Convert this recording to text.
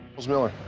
what's miller?